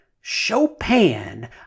Chopin